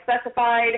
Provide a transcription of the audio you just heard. specified